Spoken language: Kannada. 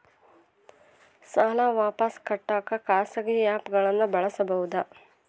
ಸಾಲ ವಾಪಸ್ ಕಟ್ಟಕ ಖಾಸಗಿ ಆ್ಯಪ್ ಗಳನ್ನ ಬಳಸಬಹದಾ?